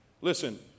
Listen